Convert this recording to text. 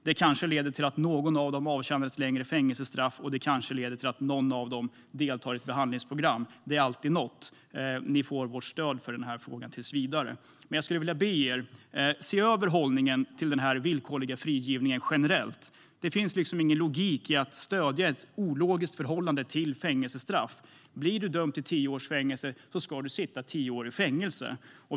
Det kanske leder till att någon av dem avtjänar ett längre fängelsestraff och att någon av dem deltar i ett behandlingsprogram. Det är alltid något. Ni får vårt stöd i den här frågan tills vidare. Men jag skulle vilja be er att se över hållningen till den villkorliga frigivningen generellt. Det finns liksom ingen logik i att stödja ett ologiskt förhållande till fängelsestraff. Blir du dömd till tio års fängelse ska du sitta tio år i fängelse.